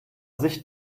sich